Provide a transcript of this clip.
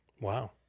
Wow